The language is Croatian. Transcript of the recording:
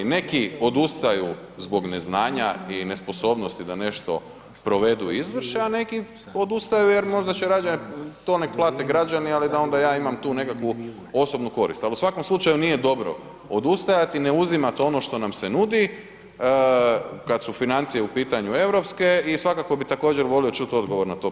Neki odustaju zbog neznanja i nesposobnosti da nešto provedu i izvrše a neki odustaju jer možda će radije to nek plate građani ali da onda ja imam tu nekakvu osobnu korist ali u svakom slučaju nije dobro odustajati, ne uzimati ono što nam se nudi kad su financije u pitanju europske i svakako bi također volio čuti odgovor na to pitanje.